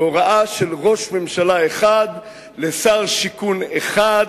אלא בהוראה של ראש ממשלה אחד לשר שיכון אחד,